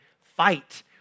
fight